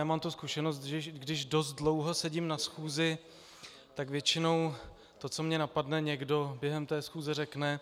Mám tu zkušenost, že když dost dlouho sedím na schůzi, tak většinou to, co mě napadne, někdo během té schůze řekne.